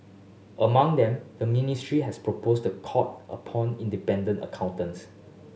among them the ministry has proposed the court appoint independent accountants